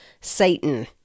Satan